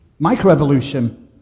Microevolution